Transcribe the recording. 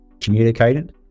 communicated